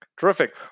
Terrific